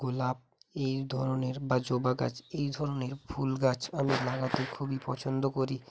গোলাপ এই ধরনের বা জবা গাছ এই ধরনের ফুল গাছ আমি লাগাতে খুবই পছন্দ করি